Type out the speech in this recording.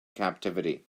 captivity